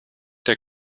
der